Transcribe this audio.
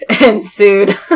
ensued